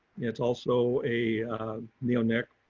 it's also a neonic.